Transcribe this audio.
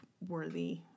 worthy